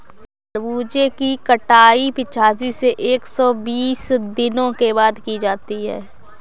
खरबूजे की कटाई पिचासी से एक सो बीस दिनों के बाद की जाती है